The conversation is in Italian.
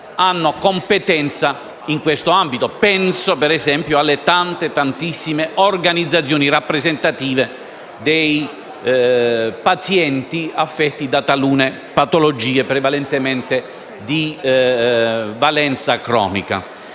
hanno competenza in questo ambito. Penso - per esempio - alle tantissime organizzazioni rappresentative dei pazienti affetti da talune patologie, prevalentemente di valenza cronica.